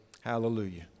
Hallelujah